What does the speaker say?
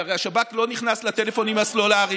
כי הרי השב"כ לא נכנס לטלפונים הסלולריים,